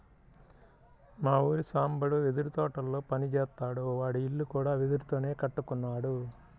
మా ఊరి సాంబడు వెదురు తోటల్లో పని జేత్తాడు, వాడి ఇల్లు కూడా వెదురుతోనే కట్టుకున్నాడు